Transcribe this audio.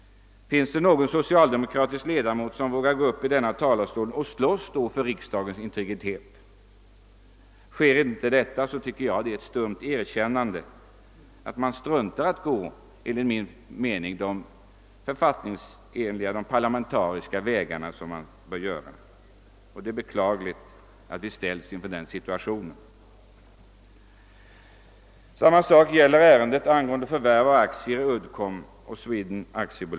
Finns det i så fall någon socialdemokratisk ledamot som vågar gå upp i denna talarstol och slåss för riksdagens integritet? Sker inte detta, är det ett tyst erkännande av att man struntar i att gå de vägar som den parlamentariska demokratin stakat ut. Det är beklagligt att vi ställs i den situationen. Samma sak gäller ärendet rörande förvärv av aktier i Uddcomb Sweden AB.